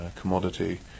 commodity